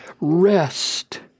rest